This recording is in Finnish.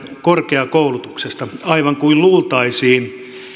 korkeakoulutuksesta aivan kuin luultaisiin